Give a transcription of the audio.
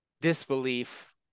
disbelief